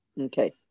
Okay